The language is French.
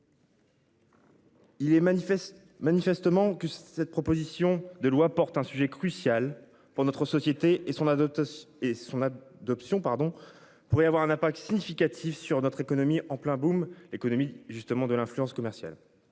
manifeste manifestement que cette proposition de loi porte un sujet crucial pour notre société et son adoption et son d'option pardon pourrait avoir un impact significatif sur notre économie en plein boom, l'économie justement de l'influence commerciale.